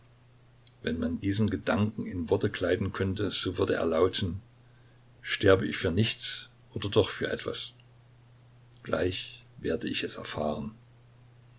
wenn man diesen gedanken in worte kleiden könnte so würde er lauten sterbe ich für nichts oder doch für etwas gleich werde ich es erfahren